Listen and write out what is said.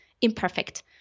imperfect